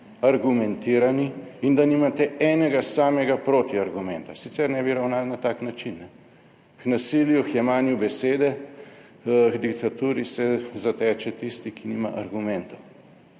argumentirani in da nimate enega samega protiargumenta, sicer ne bi ravnali na tak način. K nasilju, k jemanju besede, k diktaturi se zateče tisti, ki nima argumentov.